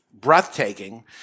breathtaking